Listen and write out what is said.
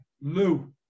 Lou